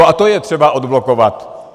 A to je třeba odblokovat.